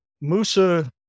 Musa